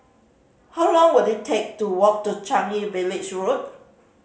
how long will it take to walk to Changi Village Road